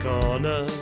Corner